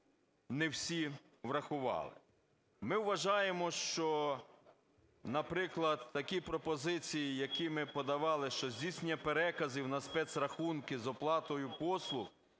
не всі врахували. Ми вважаємо, що, наприклад, такі пропозиції, які ми подавали, що здійснення переказів на спецрахунки з оплатою послуг,